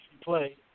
play